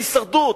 ההישרדות,